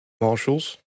marshals